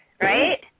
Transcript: right